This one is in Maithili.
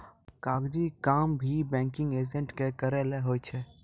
कागजी काम भी बैंकिंग एजेंट के करय लै होय छै